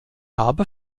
habe